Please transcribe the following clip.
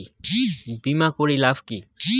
বিমা করির লাভ কি?